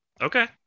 Okay